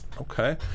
Okay